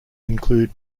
include